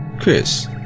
Chris